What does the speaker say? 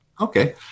okay